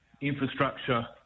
infrastructure